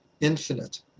infinite